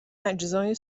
اجزای